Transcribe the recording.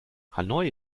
hanoi